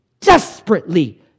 desperately